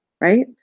right